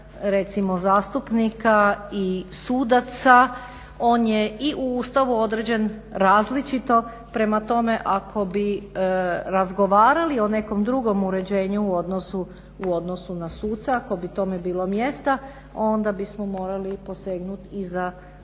recimo zastupnika i sudaca on je i u Ustavu određen različito. Prema tome, ako bi razgovarali o nekom drugom uređenju u odnosu na suce, ako bi tome bilo mjesta onda bismo morali posegnut i za ustavnom